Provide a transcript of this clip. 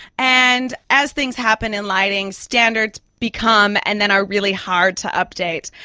and as things happen in lighting, standards become and then are really hard to update,